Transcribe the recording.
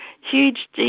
huge